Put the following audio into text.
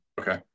Okay